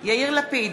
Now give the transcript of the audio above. יאיר לפיד,